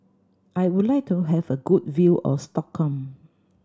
I would like to have a good view of Stockholm